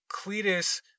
Cletus